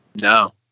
No